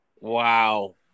Wow